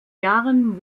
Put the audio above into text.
jahren